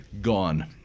Gone